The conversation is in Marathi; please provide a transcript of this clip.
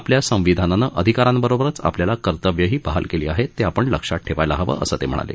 आपल्या संविधानानं अधिकारांबरोबरच आपल्याला कर्तव्यही बहाल केली आहेत ते आपण लक्षात ठेवायला हवं असं ते म्हणाले